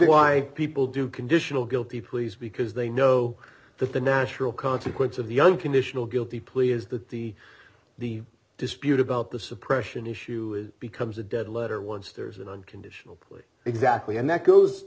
why people do conditional guilty pleas because they know that the natural consequence of the unconditional guilty plea is that the the dispute about the suppression issue becomes a dead letter once there's an unconditional plea exactly and that goes